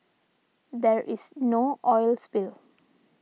there is no oil spill